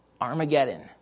Armageddon